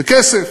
בכסף